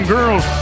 Girls